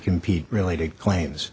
compete related claims